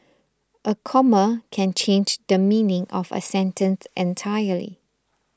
a comma can change the meaning of a sentence entirely